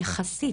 יחסית.